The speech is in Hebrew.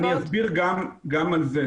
אני אסביר גם על זה.